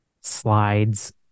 slides